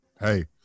hey